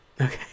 Okay